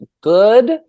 good